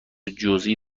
جزئی